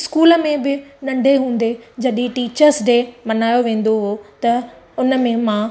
school में बि नंढे हूंदे जॾहिं टीचर्स डे मल्हायो वेंदो हुओ त उनमें मां